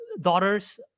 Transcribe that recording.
daughters